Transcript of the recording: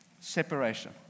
separation